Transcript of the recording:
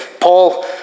Paul